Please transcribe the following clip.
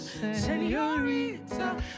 Senorita